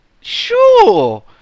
Sure